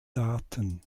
daten